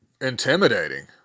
intimidating